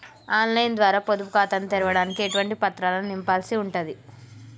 On line ద్వారా పొదుపు ఖాతాను తెరవడానికి ఎటువంటి పత్రాలను నింపాల్సి ఉంటది?